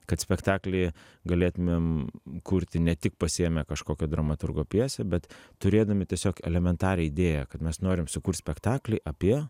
kad spektaklį galėtumėm kurti ne tik pasiėmę kažkokio dramaturgo pjesę bet turėdami tiesiog elementarią idėją kad mes norim sukurt spektaklį apie